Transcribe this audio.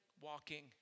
walking